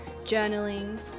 journaling